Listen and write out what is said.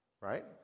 Right